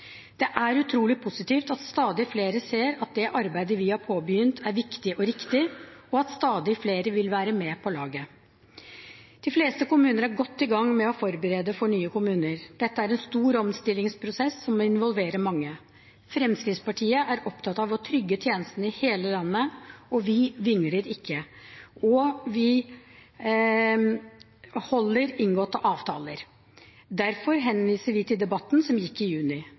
Det er utrolig positivt at stadig flere ser at det arbeidet vi har påbegynt, er viktig og riktig, og at stadig flere vil være med på laget. De fleste kommuner er godt i gang med å forberede for nye kommuner. Dette er en stor omstillingsprosess, som involverer mange. Fremskrittspartiet er opptatt av å trygge tjenestene i hele landet, vi vingler ikke, og vi holder inngåtte avtaler. Derfor henviser vi til debatten som gikk i juni.